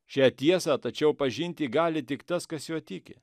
šią tiesą tačiau pažinti gali tik tas kas juo tiki